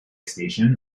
station